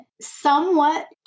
somewhat